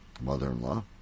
Mother-in-law